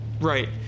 Right